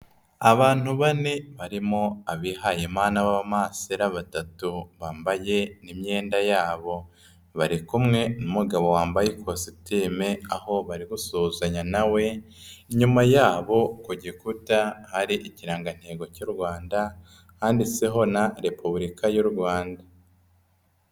Abantu bane barimo abihayimana b'abamasera batatu bambaye n'imyenda yabo, bari kumwe n'umugabo wambaye ikositime, aho bari gusuhuzanya na we, inyuma yabo ku gikuta hari ikirangantego cy'u Rwanda handitseho na Repubulika y'u Rwanda.